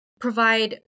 provide